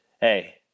Hey